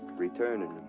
return in